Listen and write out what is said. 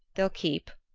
they'll keep,